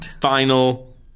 final